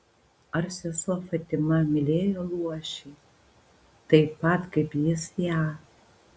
ar sesuo fatima mylėjo luošį taip pat kaip jis ją